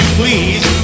please